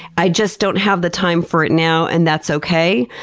i just don't have the time for it now, and that's okay.